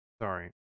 Sorry